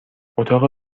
اتاق